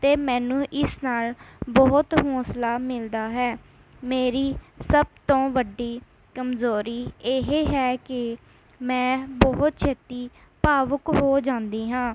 ਅਤੇ ਮੈਨੂੰ ਇਸ ਨਾਲ ਬਹੁਤ ਹੌਂਸਲਾ ਮਿਲਦਾ ਹੈ ਮੇਰੀ ਸਭ ਤੋਂ ਵੱਡੀ ਕਮਜ਼ੋਰੀ ਇਹ ਹੈ ਕਿ ਮੈਂ ਬਹੁਤ ਛੇਤੀ ਭਾਵੁਕ ਹੋ ਜਾਂਦੀ ਹਾਂ